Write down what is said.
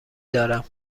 دارم